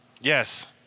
Yes